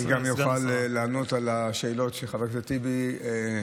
אני גם אוכל לענות על השאלות שחבר הכנסת טיבי שאל,